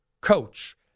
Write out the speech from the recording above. coach